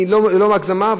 ולא בהגזמה,